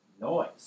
noise